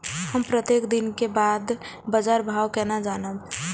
हम प्रत्येक दिन के बाद बाजार भाव केना जानब?